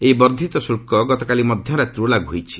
ଏଇ ବର୍ଦ୍ଧିତ ଶୁଳ୍କ ଗତକାଲି ମଧ୍ୟ ରାତ୍ରିରୁ ଲାଗୁ ହୋଇଛି